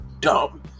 dumb